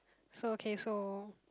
so okay so